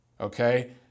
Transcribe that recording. okay